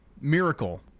miracle